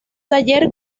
taller